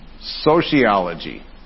Sociology